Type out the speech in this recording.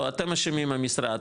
אתם אשמים המשרד,